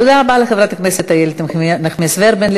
תודה רבה לחברת הכנסת איילת נחמיאס ורבין.